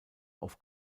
auf